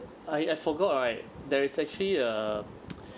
I I forgot right there is actually a